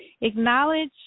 acknowledge